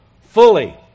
fully